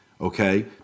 Okay